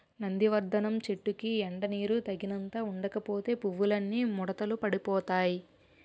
నందివర్థనం చెట్టుకి ఎండా నీరూ తగినంత ఉండకపోతే పువ్వులన్నీ ముడతలు పడిపోతాయ్